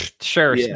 sure